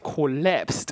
collapsed